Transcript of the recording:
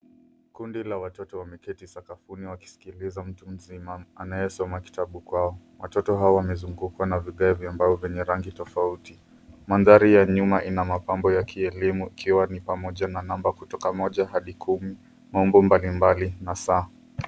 Kundi la watoto wameketi sakafuni wakiskiliza mtu mzima anayesoma kitabu kwao. Watoto hao wamezungukwa na vigae vya mbao vyenye rangi tofauti. Mandhari ya nyuma ina mapambo ya kielimu ikiwa ni pamoja na namba kutoka moja hadi kumi, maumbo mbalimbali na saa.